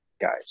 guys